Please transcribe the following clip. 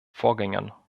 vorgängern